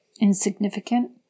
insignificant